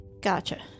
gotcha